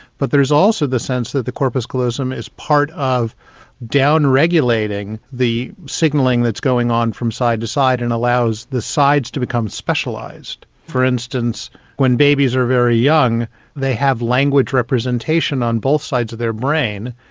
but there is also the sense that the corpus callosum is part of down-regulating the signalling that's going on from side to side and allows the sides to become specialised. for instance when babies are very young they have language representation on both sides of their brain,